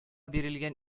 бирелгән